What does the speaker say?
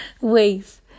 Ways